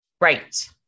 Right